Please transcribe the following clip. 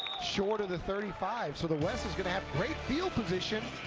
short of the thirty five. so the west is going to have great field position.